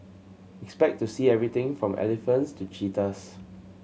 expect to see everything from elephants to cheetahs